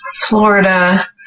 Florida